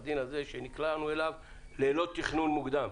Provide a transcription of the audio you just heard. העדין הזה שנקלענו אליו ללא תכנון תוקדם.